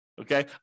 okay